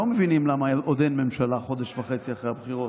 לא מבינים למה עוד אין ממשלה חודש וחצי אחרי הבחירות,